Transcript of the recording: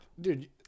Dude